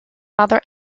mother